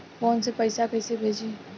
Phone से पैसा कैसे भेजी?